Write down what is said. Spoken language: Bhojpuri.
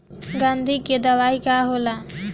गंधी के दवाई का होला?